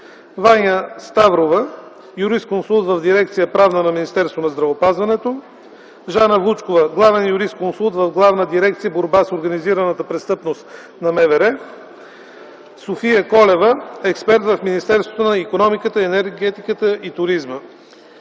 Ваня Ставрова – юрисконсулт в Дирекция „Правна” на Министерството на здравеопазването, госпожа Жана Вучкова – главен юрисконсулт в Главна дирекция „Борба с организираната престъпност” на МВР, госпожа София Колева – експерт в Министерството на икономиката, енергетиката и туризма.